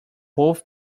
both